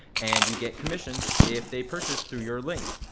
and you get commission if they purchase through your links.